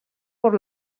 por